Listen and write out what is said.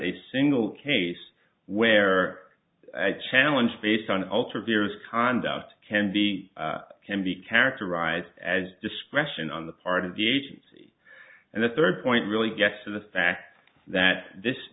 a single case where a challenge based on ultra vires conduct can be can be characterized as discretion on the part of the agency and the third point really gets to the fact that this